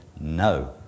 no